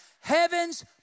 Heaven's